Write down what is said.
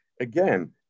again